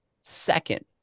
Second